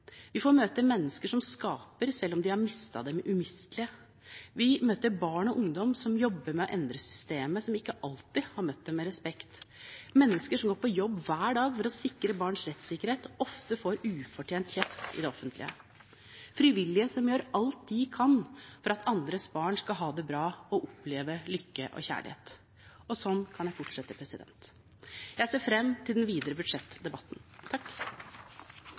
Vi får møte mennesker som skaper, selv om de har mistet det umistelige. Vi møter barn og ungdom som jobber med å endre systemer som ikke alltid har møtt dem med respekt, mennesker som går på jobb hver dag for å sikre barns rettsikkerhet og ofte får ufortjent kjeft i det offentlige, frivillige som gjør alt de kan for at andres barn skal ha det bra og oppleve lykke og kjærlighet. Og sånn kan jeg fortsette. Jeg ser fram til den videre budsjettdebatten.